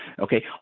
okay